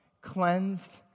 cleansed